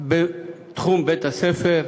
בתחום בית-הספר,